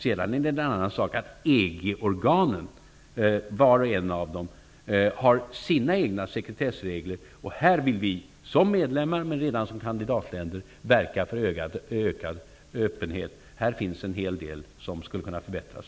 Sedan är det en annan sak att EG-organen, vart och ett av dem, har sina egna sekretessregler. Här vill vi, som medlem men också redan som kandidatland, verka för ökad öppenhet. Här finns en hel del som skulle kunna förbättras.